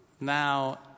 Now